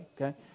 Okay